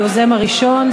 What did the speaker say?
היוזם הראשון,